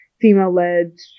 female-led